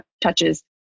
touches